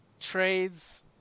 trades